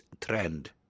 trend